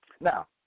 Now